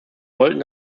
wollten